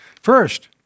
First